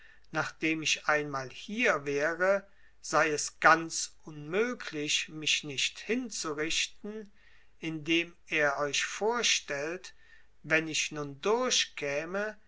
nachdem ich einmal hier wäre sei es ganz unmöglich mich nicht hinzurichten indem er euch vorstellt wenn ich nun durchkäme